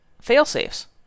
fail-safes